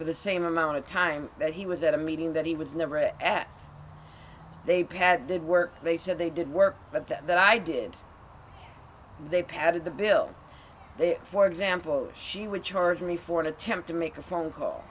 for the same amount of time that he was at a meeting that he was never at at they pad the work they said they did work but that i did they padded the bill for example she would charge me for an attempt to make a phone call